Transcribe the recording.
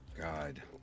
God